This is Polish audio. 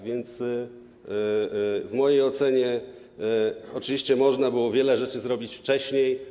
W mojej ocenie oczywiście można było wiele rzeczy zrobić wcześniej.